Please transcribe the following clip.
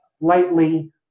lightly